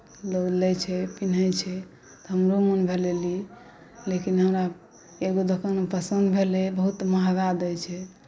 लोक लैत छै पिन्हैत छै हमरो मोन भेलै ली लेकिन हमरा एगो दोकानमे पसन्द भेलै बहुत महँगा दैत छै